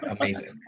amazing